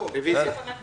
כבר היתה על